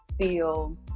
feel